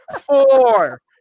Four